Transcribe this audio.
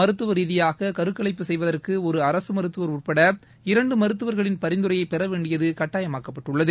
மருத்துவ ரீதியாக கருகலைப்பு செய்தவற்கு ஒரு அரசு மருத்துவர் உட்பட இரண்டு மருத்துவர்களின் பரிந்துரையை பெற வேண்டியது கட்டாயமாக்கப்பட்டுள்ளது